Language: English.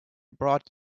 brought